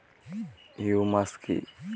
Humus কি?